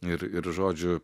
ir ir žodžiu